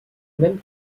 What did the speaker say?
même